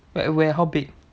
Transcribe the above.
like where how big